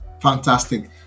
Fantastic